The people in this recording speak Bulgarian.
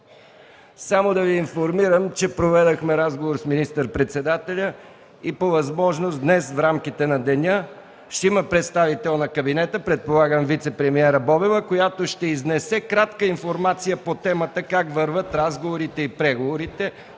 Само да Ви информирам, че проведохме разговор с министър-председателя и по възможност днес в рамките на деня ще има представител на кабинета, предполагам вицепремиерът Бобева, която ще изнесе кратка информация по темата как вървят разговорите и преговорите,